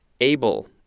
able